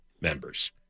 members